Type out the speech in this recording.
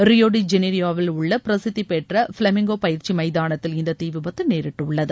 ரியோடி ஜெனிரியோவில் உள்ள பிரசித்தி பெற்ற ஃபெலாமேங்கோ பயிற்சி எமதானத்தில் இந்த தீ விபத்து நேரிட்டுள்ளது